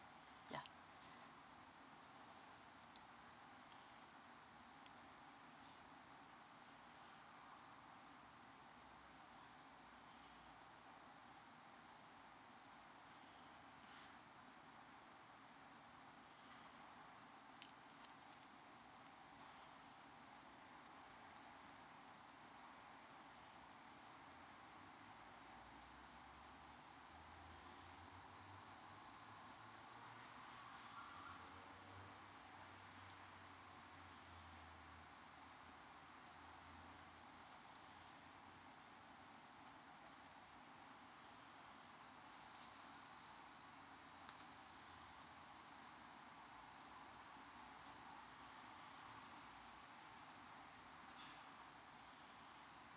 ya